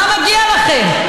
מה מגיע לכם?